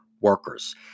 workers